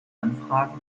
anfragen